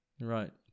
right